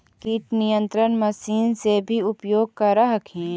किट नियन्त्रण मशिन से भी उपयोग कर हखिन?